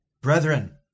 Brethren